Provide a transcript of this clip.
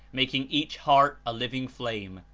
making each heart a living flame,